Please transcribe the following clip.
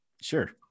sure